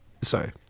Sorry